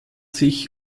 sich